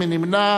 מי נמנע?